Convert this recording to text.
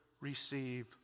receive